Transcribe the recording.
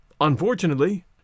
unfortunately